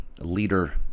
leader